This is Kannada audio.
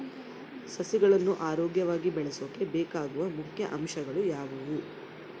ಸಸಿಗಳನ್ನು ಆರೋಗ್ಯವಾಗಿ ಬೆಳಸೊಕೆ ಬೇಕಾಗುವ ಮುಖ್ಯ ಅಂಶಗಳು ಯಾವವು?